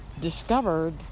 discovered